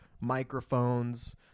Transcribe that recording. microphones